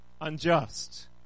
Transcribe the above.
unjust